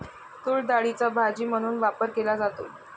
तूरडाळीचा भाजी म्हणून वापर केला जातो